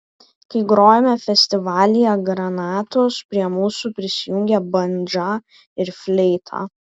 kai grojome festivalyje granatos prie mūsų prisijungė bandža ir fleita